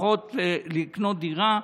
שהולכות לקנות דירה,